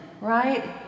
right